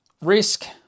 risk